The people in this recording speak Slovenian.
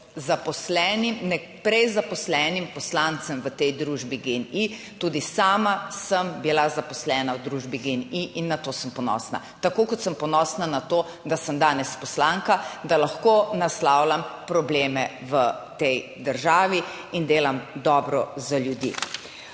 zaposlenim, prej zaposlenim poslancem v tej družbi GEN-I, tudi sama sem bila zaposlena v družbi GEN-I in na to sem ponosna, tako kot sem ponosna na to, da sem danes poslanka, da lahko naslavljam probleme v tej državi in delam dobro za ljudi.